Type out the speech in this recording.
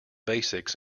basics